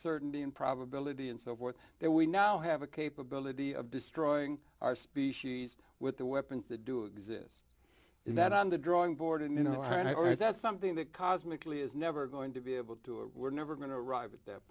certainty and probability and so forth that we now have a capability of destroying our species with the weapons that do exist is that on the drawing board and you know i always that's something that cosmically is never going to be able to or we're never going to arrive at that